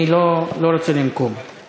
(אומר בערבית: אני לא רוצה לנקום.) תדיח אותו.